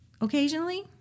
Occasionally